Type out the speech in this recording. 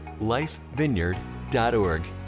Lifevineyard.org